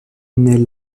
naît